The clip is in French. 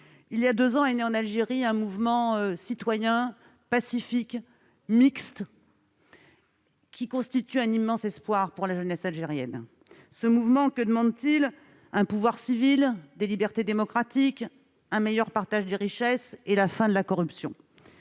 Il y a deux ans est né en Algérie un mouvement citoyen, pacifique et mixte, qui constitue un immense espoir pour la jeunesse algérienne. Ce mouvement, que demande-t-il ? Un pouvoir civil, des libertés démocratiques, un meilleur partage des richesses et la fin de la corruption.